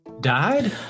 died